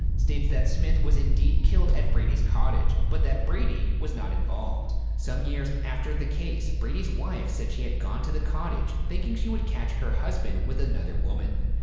states that smith was indeed killed at brady's cottage, but that brady was not involved, some years after the case brady's wife said she had gone to the cottage thinking she would catch her husband with another woman,